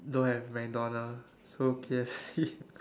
don't have MacDonald so K_F_C